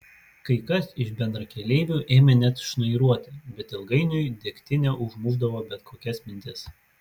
kai kas iš bendrakeleivių ėmė net šnairuoti bet ilgainiui degtinė užmušdavo bet kokias mintis